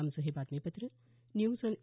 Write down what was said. आमचं हे बातमीपत्र न्यूज ऑन ए